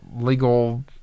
legal